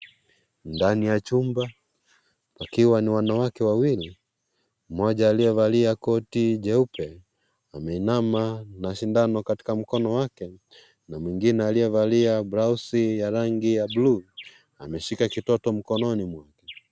Ndani ya chumba wakiwa ni wanawake wawili. Mmoja aliyevalia koti jeupe. Ameinama na sindano katika mkono wake na mwingine aliyevalia blousi ya rangi ya (cs)bluu(cs).Ameshika kitoto mkononi mwake.